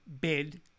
bid